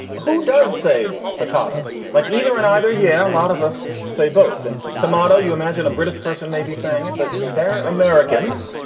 who does say potato like either one and either? yeah. a lot of us say both. and tomato. you imagine a british person may be saying it, but they're americans.